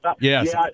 Yes